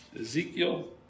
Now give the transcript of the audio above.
Ezekiel